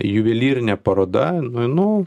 juvelyrinė paroda nueinu